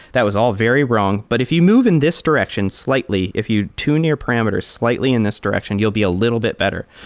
that was all very wrong. but if you move in this direction slightly, if you tune your parameters slightly in this direction, you'll be a little bit better.